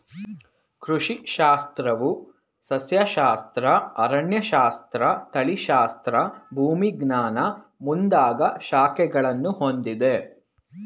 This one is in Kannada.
ಕೃಷಿ ಶಾಸ್ತ್ರವು ಸಸ್ಯಶಾಸ್ತ್ರ, ಅರಣ್ಯಶಾಸ್ತ್ರ, ತಳಿಶಾಸ್ತ್ರ, ಭೂವಿಜ್ಞಾನ ಮುಂದಾಗ ಶಾಖೆಗಳನ್ನು ಹೊಂದಿದೆ